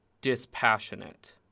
dispassionate